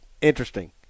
interesting